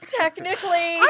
technically